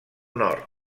nord